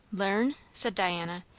learn? said diana,